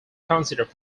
considered